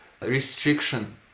restriction